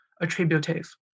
attributive